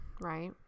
right